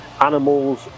animals